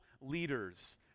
leaders